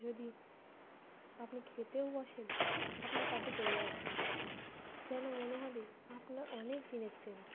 যদি আপনি খেতেও বসেন আপনার পাশে চলে আসবে যেন মনে হবে আপনার অনেক দিনের চেনা